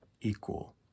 equal